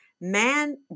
Man